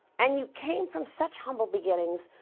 and you came from such humble beginnings,